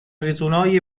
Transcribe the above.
ریزونای